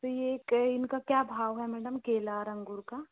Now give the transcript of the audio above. तो ये कय इनका क्या भाव है मैडम केला और अंगूर का